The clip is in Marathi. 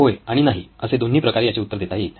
होय आणि नाही असे दोन्ही प्रकारे याचे उत्तर देता येईल